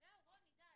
זהו רוני, די.